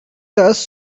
dust